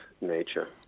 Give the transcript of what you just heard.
nature